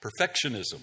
perfectionism